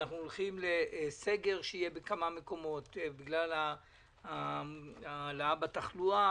אנחנו הולכים לסגר שיהיה בכמה מקומות בגלל העלייה בתחלואה